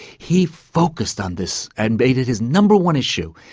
he focused on this and made it his number one issue,